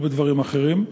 לא בדברים אחרים,